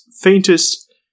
faintest